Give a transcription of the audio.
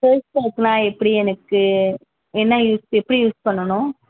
ஃபேஸ்பேக்ன்னா எப்படி எனக்கு என்ன யூஸ் எப்படி யூஸ் பண்ணணும்